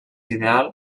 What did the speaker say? ideal